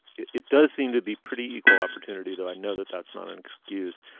it it does seem to be pretty equal opportunity, though i know that that's not an excuse.